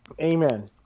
amen